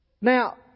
Now